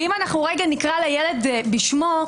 ואם נקרא לילד בשמו,